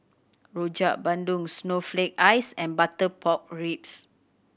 Rojak Bandung snowflake ice and butter pork ribs